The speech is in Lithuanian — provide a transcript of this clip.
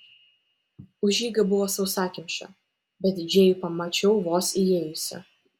užeiga buvo sausakimša bet džėjų pamačiau vos įėjusi